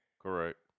Correct